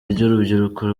ry’urubyiruko